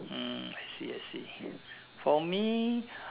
hmm I see I see for me